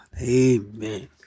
Amen